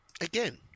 again